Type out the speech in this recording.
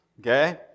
Okay